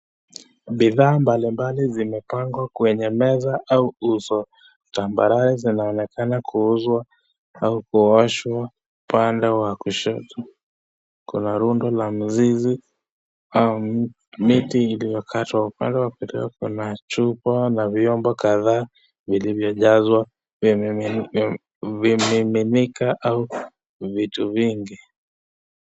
Bidhaa mbalimbali zimepangwa kwenye meza au nguzo, zambarau zinaonekana kuuzwa au kuoshwa upande wa kushoto. Kuna rundo la mizizi au miti iliyokatwa, upande wa kulia kuna chupa na vyombo kadhaa vilivyo jazwa vimiminika au vitu vingi.